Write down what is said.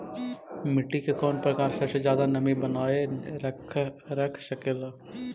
मिट्टी के कौन प्रकार सबसे जादा नमी बनाएल रख सकेला?